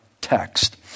text